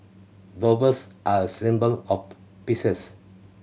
doves are symbol of peaces